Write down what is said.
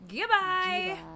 Goodbye